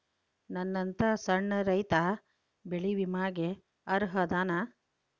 ನನ್ನಂತ ಸಣ್ಣ ರೈತಾ ಬೆಳಿ ವಿಮೆಗೆ ಅರ್ಹ ಅದನಾ?